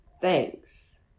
Thanks